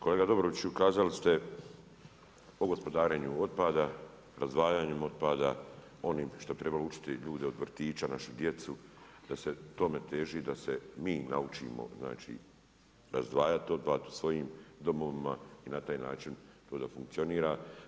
Kolega Dobroviću, kazali ste o gospodarenju otpada, razdvajanja otpada, onim što bi trebalo učiti ljude od vrtića, našu djecu, da se tome teži, da se mi naučimo znači razdvajati otpad u svojim domovima, i na taj način to da funkcionira.